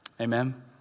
Amen